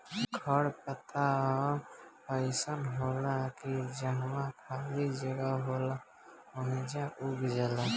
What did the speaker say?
खर पतवार अइसन होला की जहवा खाली जगह होला ओइजा उग जाला